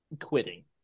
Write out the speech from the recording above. quitting